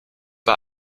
bei